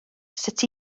sut